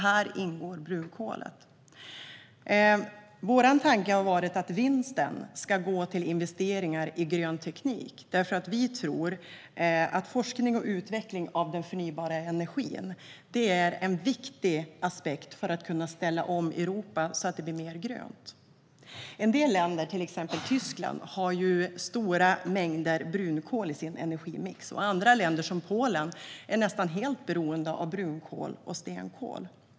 Häri ingår brunkolet. Vår tanke har varit att vinsten ska gå till investeringar i grön teknik. Vi tror att forskning och utveckling av den förnybara energin är en viktig aspekt när det gäller att kunna ställa om Europa så att det blir mer grönt. En del länder, till exempel Tyskland, har stora mängder brunkol i sin energimix. Andra länder, som Polen, är nästan helt beroende av brunkol och stenkol.